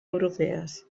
europees